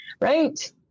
Right